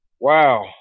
Wow